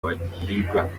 bahigwaga